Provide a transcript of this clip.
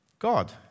God